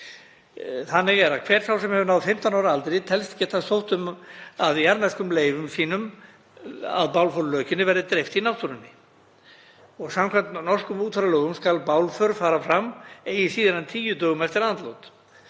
hefðir þeirra. Hver sá sem hefur náð 15 ára aldri telst geta sótt um að jarðneskum leifum sínum að bálför lokinni verði dreift í náttúrunni. Samkvæmt norskum útfararlögum skal bálför fara fram eigi síðar en tíu dögum eftir andlát.